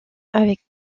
avec